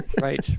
right